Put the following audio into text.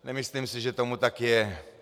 Nemyslím si, že tomu tak je.